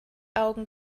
augen